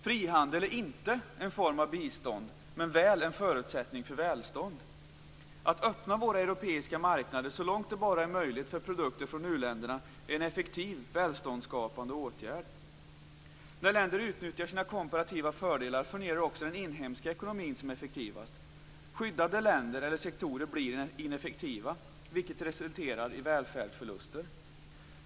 Frihandel är inte en form av bistånd, men väl en förutsättning för välstånd. Att öppna våra europeiska marknader så långt det bara är möjligt för produkter från u-länderna är en effektiv välståndsskapande åtgärd. När länder utnyttjar sina komparativa fördelar fungerar också den inhemska ekonomin som effektivast. Skyddade länder eller sektorer blir ineffektiva, vilket resulterar i välfärdsförluster.